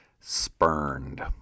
spurned